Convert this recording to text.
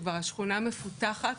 שהשכונה כבר מפותחת,